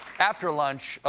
after lunch,